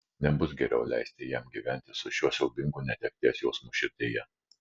nebus geriau leisti jam gyventi su šiuo siaubingu netekties jausmu širdyje